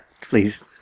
please